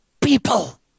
people